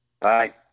Bye